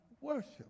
worship